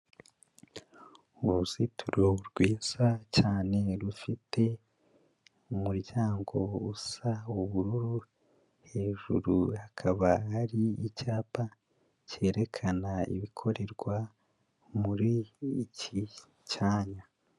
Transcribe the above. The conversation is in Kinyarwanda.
Uruzitiro rwiza cyane, rufite umuryango usa ubururu, hejuru hakaba hari icyapa cyerekana ibikorerwa muri iki cyanya.